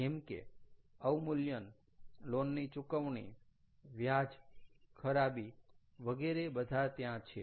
જેમ કે અવમૂલ્યન લોન ની ચુકવણી વ્યાજ ખરાબી વગેરે બધા ત્યાં છે